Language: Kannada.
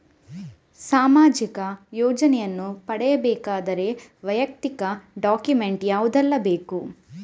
ಸಾಮಾಜಿಕ ಯೋಜನೆಯನ್ನು ಪಡೆಯಬೇಕಾದರೆ ವೈಯಕ್ತಿಕ ಡಾಕ್ಯುಮೆಂಟ್ ಯಾವುದೆಲ್ಲ ಬೇಕು?